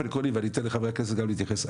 עקרוני ואני אתן לחברי הכנסת גם להתייחס,